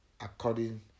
according